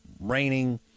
raining